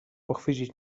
pochwycić